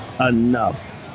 enough